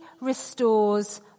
restores